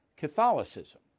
Catholicism